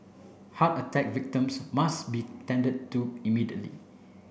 heart attack victims must be tended to immediately